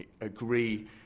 agree